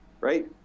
right